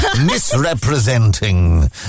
misrepresenting